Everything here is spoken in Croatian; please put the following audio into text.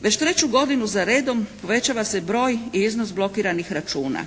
Već treću godinu za redom povećava se broj i iznos blokiranih računa.